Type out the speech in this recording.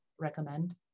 recommend